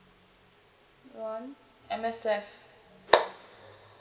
one M_S_F